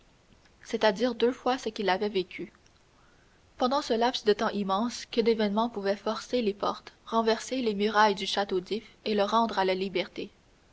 c'est-à-dire deux fois ce qu'il avait vécu pendant ce laps de temps immense que d'événements pouvaient forcer les portes renverser les murailles du château d'if et le rendre à la liberté